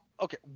okay